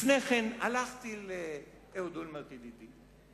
לפני כן הלכתי לאהוד אולמרט, ידידי,